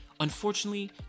Unfortunately